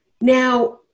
Now